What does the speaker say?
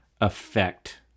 affect